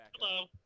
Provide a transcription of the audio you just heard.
hello